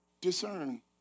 discern